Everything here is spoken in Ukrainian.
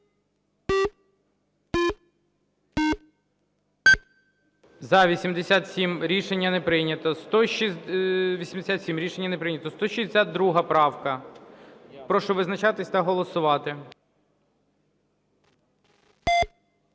За-87 Рішення не прийнято. 162 правка. Прошу визначатись та голосувати.